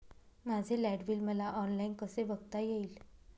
माझे light bill मला online कसे बघता येईल?